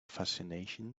fascination